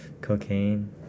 cocaine